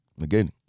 again